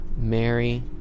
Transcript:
Mary